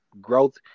growth